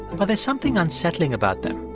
but there's something unsettling about them.